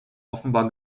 offenbar